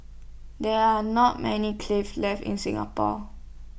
there are not many cliff left in Singapore